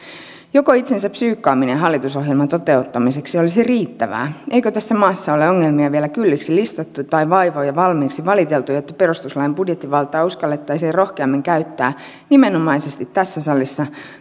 joko itsen psyykkaaminen hallitusohjelman toteuttamiseksi olisi riittävää eikö tässä maassa ole ongelmia vielä kylliksi listattu tai vaivoja valmiiksi valiteltu jotta perustuslain budjettivaltaa uskallettaisiin rohkeammin käyttää nimenomaisesti tässä salissa